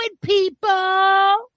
people